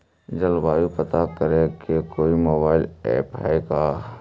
जलवायु पता करे के कोइ मोबाईल ऐप है का?